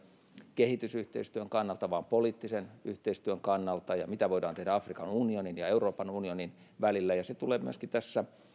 kehitysyhteistyön kannalta vaan poliittisen yhteistyön kannalta ja sen kannalta mitä voidaan tehdä afrikan unionin ja euroopan unionin välillä se tulee myöskin